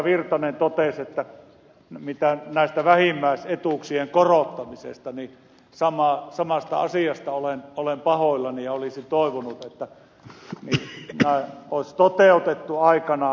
virtanen totesi vähimmäisetuuksien korottamisesta niin samasta asiasta olen pahoillani ja olisin toivonut että ne olisi toteutettu aikanaan